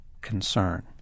concern